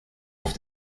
auf